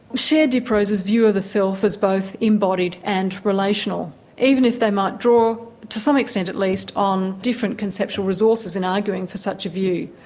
share diprose's view of the self as both embodied and relational, even if they might draw, to some extent at least, on different conceptual resources and arguing for such a view.